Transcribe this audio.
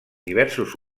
diversos